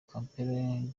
campbell